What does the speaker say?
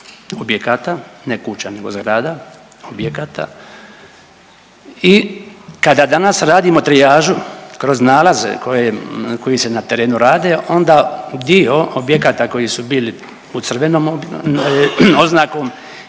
objekata ne kuća nego zgrada, objekata i kada danas radimo trijažu kroz nalaze koje, koji se na terenu rade onda dio objekata koji su bili u crvenom oznakom